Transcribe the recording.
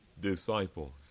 Disciples